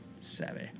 savvy